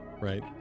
right